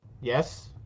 Yes